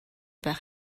байх